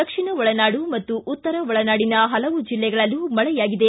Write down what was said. ದಕ್ಷಿಣ ಒಳನಾಡು ಹಾಗೂ ಉತ್ತರ ಒಳನಾಡಿನ ಹಲವು ಜಿಲ್ಲೆಗಳಲ್ಲೂ ಮಳೆಯಾಗಿದೆ